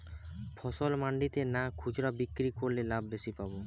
ফসল মন্ডিতে না খুচরা বিক্রি করলে লাভ বেশি পাব?